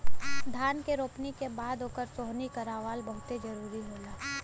धान के रोपनी के बाद ओकर सोहनी करावल बहुते जरुरी होला